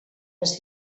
les